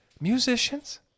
musicians